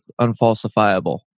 unfalsifiable